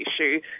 issue